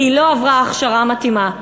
כי היא לא עברה הכשרה מתאימה.